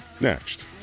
next